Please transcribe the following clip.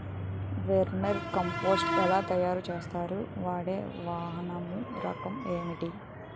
Vermi compost ఎలా తయారు చేస్తారు? వాడే వానపము రకం ఏంటి?